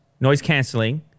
noise-canceling